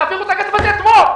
תעבירו את הכסף הזה אתמול.